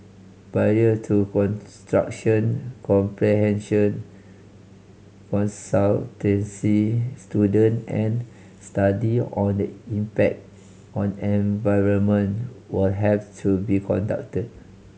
prior to construction comprehension consultancy student and study on the impact on environment will have to be conducted